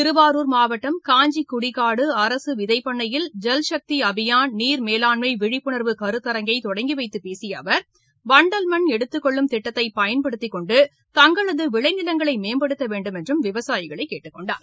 திருவாரூர் மாவட்டம் காஞ்சிகுடிகாடு அரசு விதைப்பண்ணையில் ஜல்சக்தி அபியான் நீர் மேலாண்மை விழிப்புணர்வு கருத்தரங்கை தொடங்கிவைத்துப் பேசிய அவர் வண்டல் மண் எடுத்துக்கொள்ளும் திட்டத்தை பயன்படுத்திக் கொன்டு தங்களது விளைநிலங்களை மேம்படுத்த வேண்டும் என்றும் விவசாயிகளை கேட்டுக் கொண்டார்